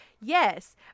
Yes